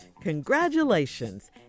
congratulations